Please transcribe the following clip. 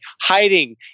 hiding